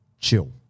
chill